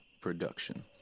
production